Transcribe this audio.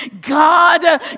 God